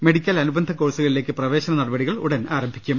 medical അനുബന്ധ കോഴ്സുകളിലേക്ക് പ്രവേശന നടപടികൾ ഉടൻ ആരംഭിക്കും